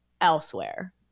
elsewhere